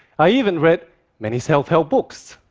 i even read many self-help books.